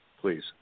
please